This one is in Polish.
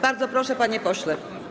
Bardzo proszę, panie pośle.